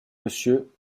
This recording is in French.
milieu